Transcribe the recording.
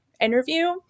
interview